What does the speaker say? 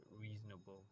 reasonable